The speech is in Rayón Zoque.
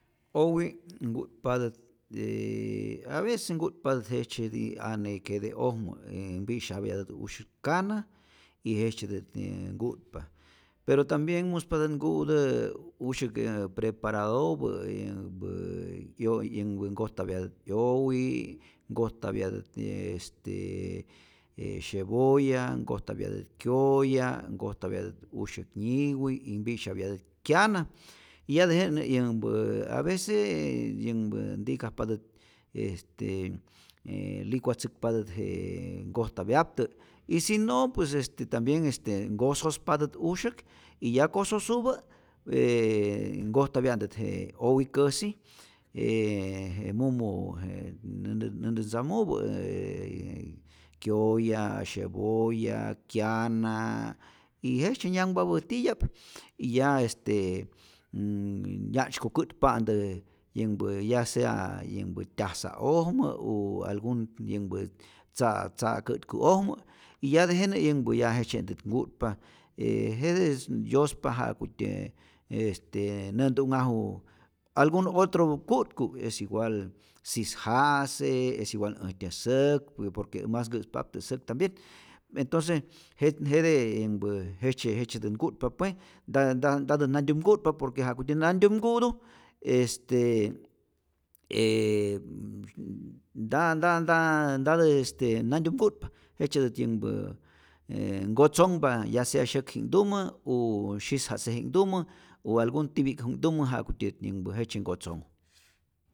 Owi' nku'tpatät e avece nkutpatä jejtzyeti ane kete'ojmä mpi'syapyätä usyak kana y jejtzyetät nku'tpa, pero tambien muspatät nku'tää usyäk yä preparaopä, yänhpä 'yo yänhpä nkojtapyatät 'yowi, nkojtapyatät y este syebolla, nkojtapyatät kyoya', nkotapyatät usyäk nyiwi, y mpi'syapyätät kyana y ya tejenä yänhpä avec yanhpä nti'kajpatät este e je licuatzäkpatät je nkojtapyaptä y si no pues este tambien, este nkosospatät usyäk y ya kososupä nkojtapya'ntät je owi käsi j mumu je näntä näntä ntzamupä, kyoya' syebolla, kyan y jejtzye nyanhpapä titya'p y ya este nnn- ya'tzyko kä'tpa'ntä, yänhpä ya sea yänhpä tyasa'ojmä u algun ti yänhpä tza' tza' kä'tku'ojmä y ya tejenä yänhpä ya jejtzye'ntät nku'tpa, ee jete yospa ja'kutye nä'ntu'nhaju algun otropä ku'tku, es igual sis ja'se, es igual äjtyä säk, por que mas nkä'spapä säk tambien, entonce jet jete yänhpä jejtzye, jejtzyetät nku'tpa pue, nta nta ntatä nanyum nku'tpa por que ja'kutyä nantyum nku'tu este e m m nta nta nta ntatä este nantyum nku'tpa, jejtzyetät yänhpä e nkotzonhpa ya sea syäkji'knhtumä u syis ja'se'ji'knhtumä o algun tipi'k'ji'knhtumä ja'kutyät yänhpä jejtzye nkotozonhu.